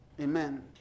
Amen